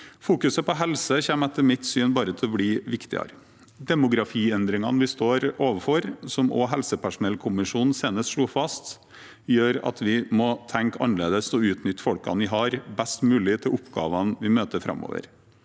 Fokuset på helse kommer etter mitt syn bare til å bli viktigere. Demografiendringene vi står overfor, som også helsepersonellkommisjonen senest slo fast, gjør at vi må tenke annerledes og utnytte folkene vi har best mulig til oppgavene vi møter framover.